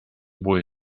boy